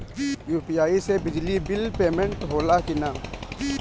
UPI से बिजली bill payment होला कि न?